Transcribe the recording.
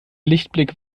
lichtblick